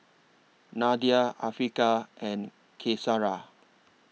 Nadia Afiqah and Qaisara